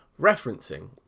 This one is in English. referencing